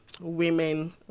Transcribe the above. women